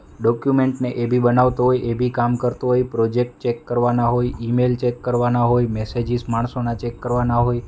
ડોક્યુમેન્ટને એ બી બનાવતો હોય એ બી કામ કરતો હોય પ્રોજેક્ટ ચેક કરવાના હોય ઈમેલ ચેક કરવાના હોય મેસેજીસ માણસોના ચેક કરવાના હોય